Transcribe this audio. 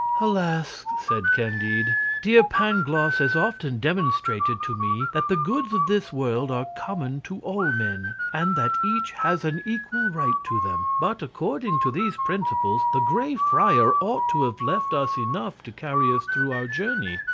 alas! said candide, dear pangloss has often demonstrated to me that the goods of this world are common to all men, and that each has an equal right to them. but according to these principles the grey friar ought to have left us enough to carry us through our journey.